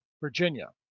Virginia